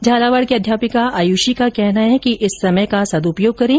झालावाड़ की अध्यापिका आयुषी का कहना है कि इस समय का सद्रपयोग करें